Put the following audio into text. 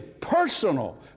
personal